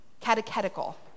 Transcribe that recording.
Catechetical